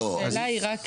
השאלה היא רק --- לא,